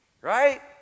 Right